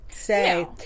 say